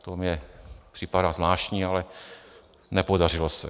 To mně připadá zvláštní, ale nepodařilo se.